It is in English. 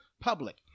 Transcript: Public